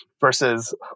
versus